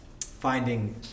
finding